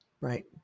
Right